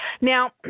Now